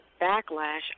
backlash